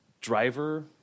driver